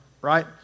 right